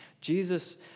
Jesus